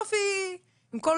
שבסוף היא, עם כל